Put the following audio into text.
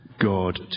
God